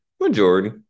majority